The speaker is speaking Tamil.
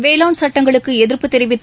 வேளாண் சுட்டங்களுக்கு எதிர்ப்பு தெரிவித்து